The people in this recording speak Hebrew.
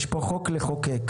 יש פה חוק לחוקק.